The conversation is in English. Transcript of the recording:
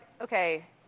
okay